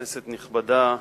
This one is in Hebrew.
כנסת נכבדה,